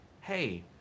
hey